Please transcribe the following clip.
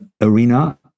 arena